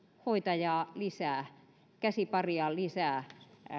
hoitajaa käsiparia lisää